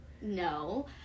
no